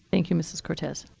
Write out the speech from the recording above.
thank you, mrs. cortez.